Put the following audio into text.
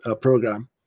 program